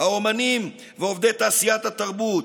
האומנים ועובדי תעשיית התרבות,